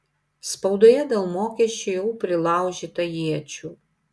spaudoje dėl mokesčių jau prilaužyta iečių